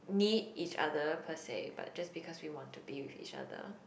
need each other per se but just because we want to be with each other